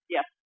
Yes